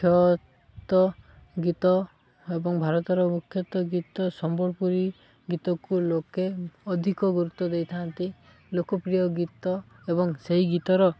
ମୁଖ୍ୟତଃ ଗୀତ ଏବଂ ଭାରତର ମୁଖ୍ୟତଃ ଗୀତ ସମ୍ବଲପୁରୀ ଗୀତକୁ ଲୋକେ ଅଧିକ ଗୁରୁତ୍ୱ ଦେଇଥାନ୍ତି ଲୋକପ୍ରିୟ ଗୀତ ଏବଂ ସେହି ଗୀତର